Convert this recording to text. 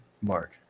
Mark